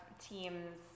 teams